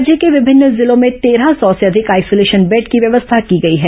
राज्य के विभिन्न जिलों में तेरह सौ से अधिक आइसोलेशन बेड की व्यवस्था की गई है